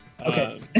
Okay